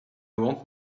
want